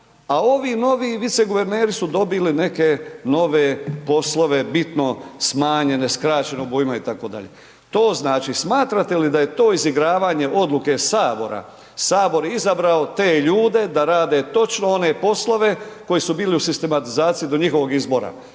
a ovi novi viceguverneri su dobili neke nove poslove, bitno smanjene skraćenog obujma itd. To znači smatrate li da je to izigravanje odluke sabora, sabor izabrao te ljude da rade točno one poslove koji su bili u sistematizaciji do njihovog izbora.